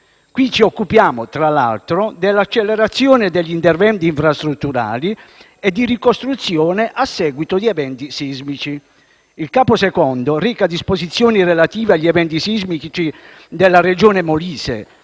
Qui ci occupiamo, tra l'altro, dell'accelerazione degli interventi infrastrutturali e di ricostruzione a seguito di eventi sismici. Il capo II reca disposizioni relative agli eventi sismici della Regione Molise